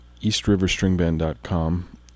eastriverstringband.com